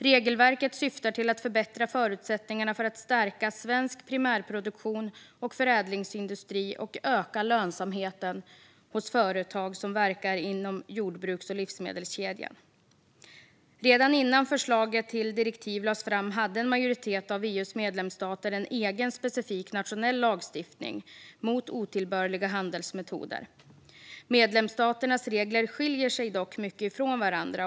Regelverket syftar till att förbättra förutsättningarna för att stärka svensk primärproduktion och förädlingsindustri och öka lönsamheten hos företag som verkar i jordbruks och livsmedelskedjan. Redan innan förslaget till direktiv lades fram hade en majoritet av EU:s medlemsstater en egen specifik nationell lagstiftning mot otillbörliga handelsmetoder. Medlemsstaternas regler skiljer sig dock mycket från varandra.